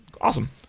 awesome